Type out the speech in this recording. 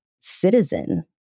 citizen